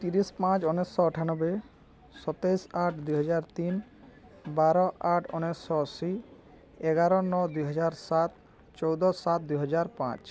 ତିରିଶ ପାଞ୍ଚ ଉଣେଇଶିଶହ ଅଠାନବେ ସତେଇଶି ଆଠ ଦୁଇହଜାର ତିନ ବାର ଆଠ ଉଣେଇଶିଶହ ଅଶୀ ଏଗାର ନଅ ଦୁଇହଜାର ସାତ ଚଉଦ ସାତ ଦୁଇହଜାର ପାଞ୍ଚ